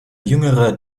jüngere